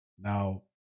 Now